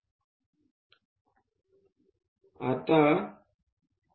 फोकसपासून बिंदूचे ते डायरेक्ट्रिक्सपर्यंतचे अंतर हे आपण आधीपासूनच इससेन्ट्रिसिटीसोबत जोडले आहे